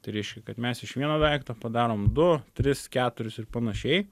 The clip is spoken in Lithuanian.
tai reiškia kad mes iš vieno daikto padarom du tris keturis ir panašiai